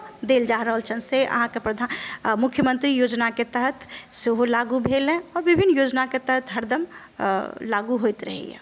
देल जा रहल छनि से अहाँकेँ प्रधानमन्त्री मुख्यमन्त्री योजनाके तहत सेहो लागू भेल हँ विभिन्न योजनाके तहत हरदम लागू होइत रहैया